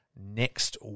Next